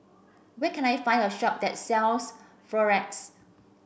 where can I find a shop that sells Frex